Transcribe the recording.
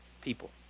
people